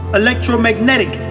electromagnetic